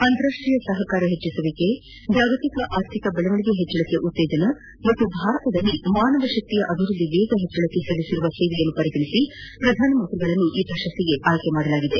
ಅಂತಾರಾಷ್ಟೀಯ ಸಹಕಾರ ಹೆಚ್ಚಸುವಿಕೆ ಜಾಗತಿಕ ಆರ್ಥಿಕ ಬೆಳವಣಿಗೆ ಹೆಚ್ಚಳ ಮತ್ತು ಭಾರತದಲ್ಲಿ ಮಾನವ ಶಕ್ತಿಯ ಅಭಿವೃದ್ದಿ ವೇಗ ಹೆಚ್ಚಳಕ್ಕೆ ಸಲ್ಲಿಸಿದ ಸೇವೆಯನ್ನು ಪರಿಗಣಿಸಿ ಪ್ರಧಾನಿಯವರನ್ನು ಈ ಪ್ರಶಸ್ತಿಗೆ ಆಯ್ಕೆ ಮಾಡಲಾಗಿದೆ